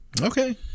Okay